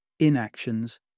inactions